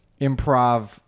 improv